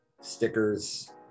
stickers